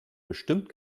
bestimmt